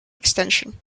extension